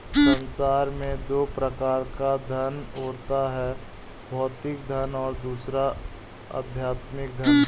संसार में दो प्रकार का धन होता है भौतिक धन और दूसरा आध्यात्मिक धन